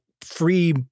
free